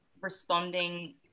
responding